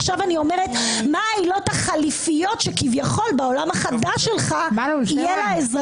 עכשיו אני אומרת מה העילות החליפיות שכביכול בעולם החדש שלך יהוה לאזרח.